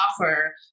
offer